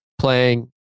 playing